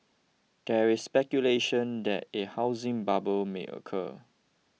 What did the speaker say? there is speculation that a housing bubble may occur